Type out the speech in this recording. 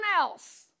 else